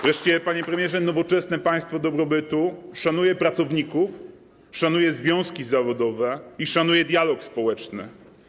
Wreszcie, panie premierze, nowoczesne państwo dobrobytu szanuje pracowników, szanuje związki zawodowe i dialog społeczny.